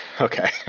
Okay